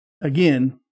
again